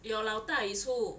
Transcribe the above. your 老大 is who